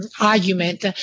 argument